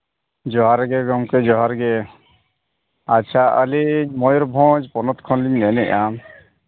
ᱡᱚᱦᱟᱨ ᱜᱮ ᱜᱚᱢᱠᱮ ᱡᱚᱦᱟᱨ ᱜᱮ ᱟᱪᱪᱷᱟ ᱟᱹᱞᱤᱧ ᱢᱚᱭᱩᱨᱵᱷᱚᱸᱡᱽ ᱯᱚᱱᱚᱛ ᱠᱷᱚᱱ ᱞᱤᱧ ᱢᱮᱱᱮᱫᱼᱟ